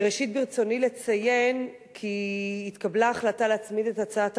ראשית ברצוני לציין כי התקבלה החלטה להצמיד את הצעת